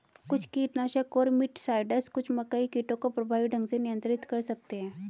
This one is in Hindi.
कुछ कीटनाशक और मिटसाइड्स कुछ मकई कीटों को प्रभावी ढंग से नियंत्रित कर सकते हैं